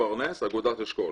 מאגודת אשכול.